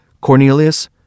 Cornelius